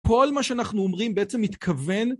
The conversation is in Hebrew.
כל מה שאנחנו אומרים בעצם מתכוון...